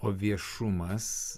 o viešumas